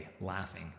laughing